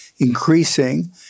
increasing